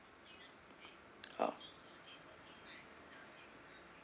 oh